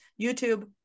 YouTube